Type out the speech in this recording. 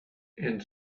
and